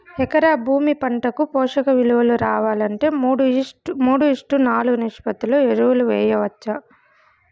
ఎకరా భూమి పంటకు పోషక విలువలు రావాలంటే మూడు ఈష్ట్ నాలుగు నిష్పత్తిలో ఎరువులు వేయచ్చా?